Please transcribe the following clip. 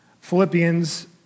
Philippians